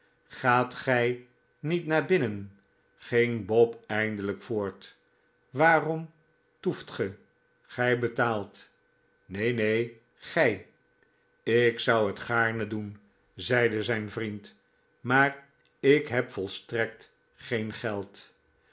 gaat gij niet naar binnen ging bob eindelijk voort waarom toeft ge gij betaalt neen neen gij ik zou het gaarne doen zeide zijn vriend maar ik heb volstrekt geen geld